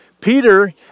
Peter